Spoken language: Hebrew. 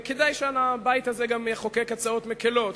כדאי שהבית הזה גם יחוקק הצעות מקלות,